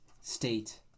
state